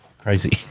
Crazy